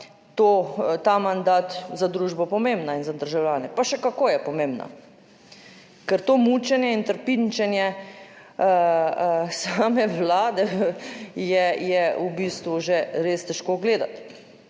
ta mandat, za družbo pomembna in za državljane? Pa še kako je pomembna, ker to mučenje in trpinčenje same vlade je v bistvu že res težko gledati,